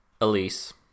Elise